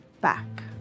back